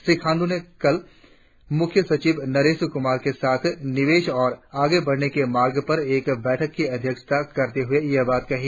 श्री खांडू ने कल मुख्य सचिव नरेश कुमार के साथ निवेश और आगे बढ़ने के मार्ग पर एक बैठक की अध्यक्षता करते हुए यह बात कही